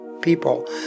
people